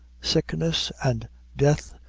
sickness and death,